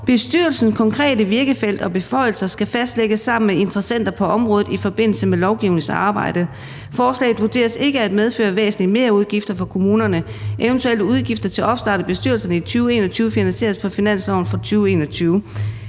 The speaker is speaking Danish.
»Bestyrelsens konkrete virkefelt og beføjelser skal fastlægges sammen med interessenter på området i forbindelse med lovgivningsarbejdet. Forslaget vurderes ikke at medføre væsentlige merudgifter for kommunerne. Eventuelle udgifter til opstart af bestyrelserne i 2021 finansieres på finansloven for 2021.«